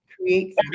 create